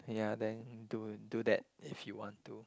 ya then do do that if you want to